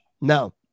no